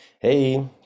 Hey